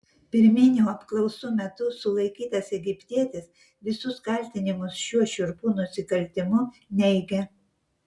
pirminių apklausų metu sulaikytas egiptietis visus kaltinimus šiuo šiurpiu nusikaltimu neigia